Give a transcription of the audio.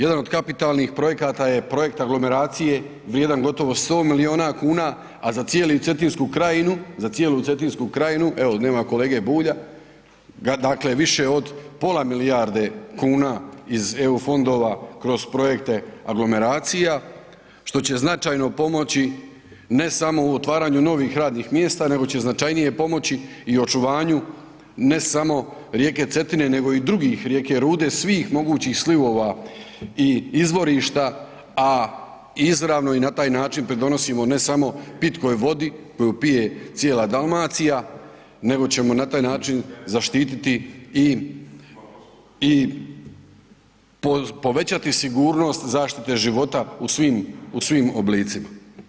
Jedan od kapitalnih projekata je projekt aglomeracije vrijedan gotovo 100 milijuna kuna, a za cijelu Cetinsku krajinu, evo, nema kolege Bulja, dakle više od pola milijarde kuna iz EU fondova kroz projekte aglomeracija, što će značajno pomoći, ne samo u otvaranju novih radnih mjesta nego će značajnije pomoći i očuvanju, ne samo rijeke Cetine nego i drugih, rijeke Rude, svih mogućih slivova i izvorišta, a izravno i na taj način pridonosimo, ne samo pitkoj vodi koju pije cijela Dalmacija, nego ćemo na taj način zaštititi i povećati sigurnost zaštite života u svim oblicima.